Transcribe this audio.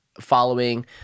following